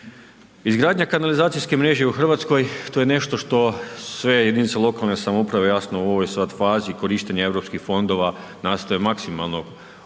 Izgradnja kanalizacijske mreže u Hrvatskoj, to je nešto što sve jedinice lokalne samouprave, jasno, u ovoj sad fazi korištenja EU fondova nastoje maksimalno uključiti